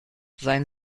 sein